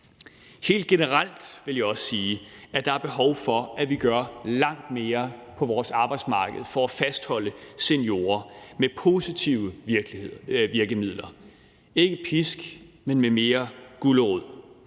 Helt generelt vil jeg også sige, at der er behov for, at vi gør langt mere på vores arbejdsmarked for at fastholde seniorer med positive virkemidler – ikke med pisk, men med mere gulerod.